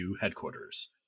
headquarters